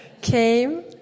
came